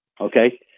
okay